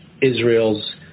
Israel's